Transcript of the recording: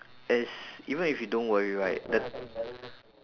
as even if you don't worry right the